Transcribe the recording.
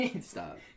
Stop